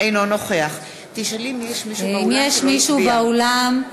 אינו נוכח האם יש מישהו באולם,